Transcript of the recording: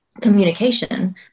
communication